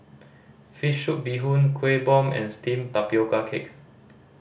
fish soup bee hoon Kueh Bom and steamed tapioca cake